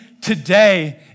today